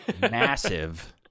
massive